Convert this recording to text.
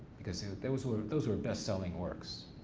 because those were those were bestselling works,